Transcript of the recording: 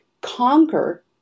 conquer